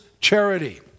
charity